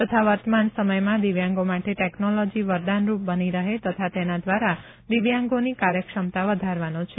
તથા વર્તમાન સમયમાં દિવ્યાંગો માટે ટેક્નોલોજી વરદાનરૂપ બની રહે તથા તેના દ્વારા દિવ્યાંગોની કાર્યક્ષમતા વધારવાનો છે